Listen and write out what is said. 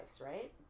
right